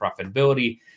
profitability